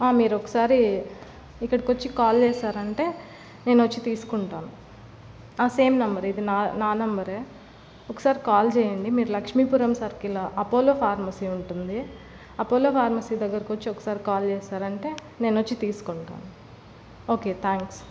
మీరు ఒకసారి ఇక్కడికి వచ్చి కాల్ చేశారంటే నేను వచ్చి తీసుకుంటాను సేమ్ నంబర్ ఇది నా నా నంబరే ఒకసారి కాల్ చేయండి మీరు లక్ష్మి పురం సర్కిల్లో అపోలో ఫార్మసీ ఉంటుంది అపోలో ఫార్మసీ దగ్గరకి వచ్చి ఒకసారి కాల్ చేశారంటే నేనొచ్చి తీసుకుంటాను ఓకే థ్యాంక్స్